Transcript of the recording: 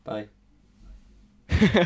Bye